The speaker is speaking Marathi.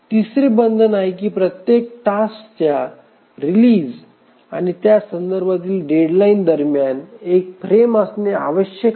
तिसरे बंधन आहे की प्रत्येक टास्कच्या रिलीज आणि त्यासंदर्भातील डेडलाईन दरम्यान एक फ्रेम असणे आवश्यक आहे